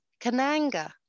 Kananga